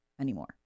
anymore